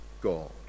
God